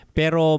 pero